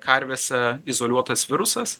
karvėse izoliuotas virusas